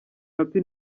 happy